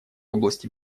области